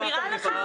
זה נראה לך?